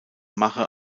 mache